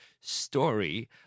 story